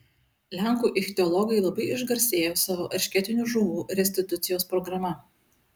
lenkų ichtiologai labai išgarsėjo savo eršketinių žuvų restitucijos programa